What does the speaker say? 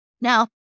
Now